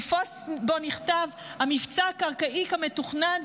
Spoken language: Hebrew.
ופוסט שבו נכתב: המבצע הקרקעי כמתוכנן,